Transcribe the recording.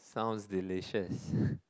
sounds delicious